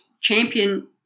champion